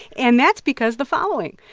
and that's because the following.